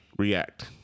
React